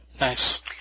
Nice